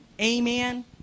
amen